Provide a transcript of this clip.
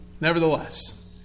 nevertheless